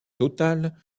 total